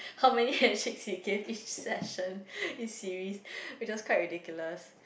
how many handshakes he gave each session each series which is quite ridiculous